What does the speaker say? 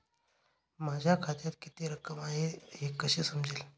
माझ्या खात्यात किती रक्कम आहे हे कसे समजेल?